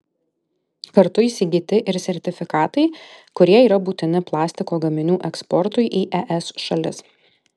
kartu įsigyti ir sertifikatai kurie yra būtini plastiko gaminių eksportui į es šalis